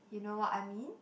you know what I mean